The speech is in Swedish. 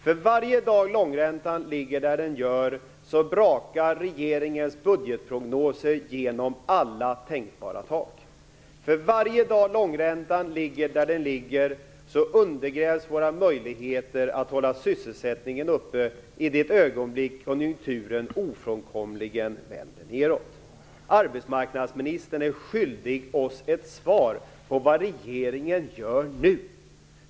För varje dag långräntan ligger där den ligger brakar regeringens budgetprognoser genom alla tänkbara tak. För varje dag långräntan ligger där den ligger undergrävs våra möjligheter att hålla sysselsättningen uppe i det ögonblick konjunkturen ofrånkomligen vänder neråt. Arbetsmarknadsministern är skyldig oss ett svar på frågan om vad regeringen gör nu.